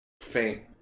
Faint